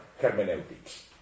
hermeneutics